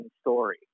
story